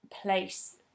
place